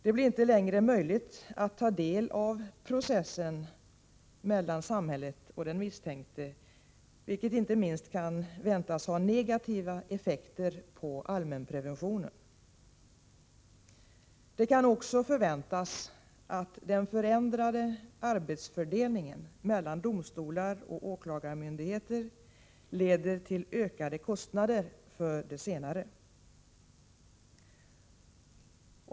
Det blir inte längre möjligt att ta del av ”processen” mellan samhället och den misstänkte, vilket inte minst kan väntas ha negativa effekter på allmänpreventionen. Det kan också förväntas att den förändrade arbetsfördelningen mellan domstolar och åklagarmyndigheter leder till ökade kostnader för de senare.